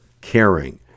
caring